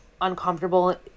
uncomfortable